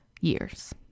years